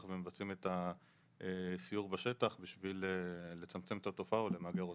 ומבצעים את הסיור בשטח בשביל לצמצם את התופעה או למגר אותה.